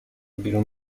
بیرون